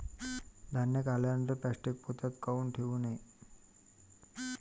धान्य काढल्यानंतर प्लॅस्टीक पोत्यात काऊन ठेवू नये?